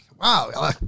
Wow